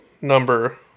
number